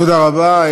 תודה רבה.